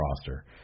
roster